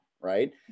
right